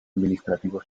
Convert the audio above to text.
administrativo